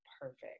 perfect